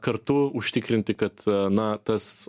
kartu užtikrinti kad a na tas